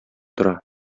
тора